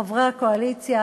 חברי הקואליציה,